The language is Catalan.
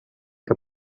que